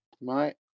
right